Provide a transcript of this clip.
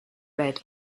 read